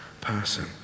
person